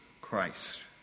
Christ